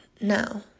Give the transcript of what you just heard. now